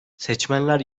seçmenler